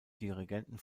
dirigenten